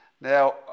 Now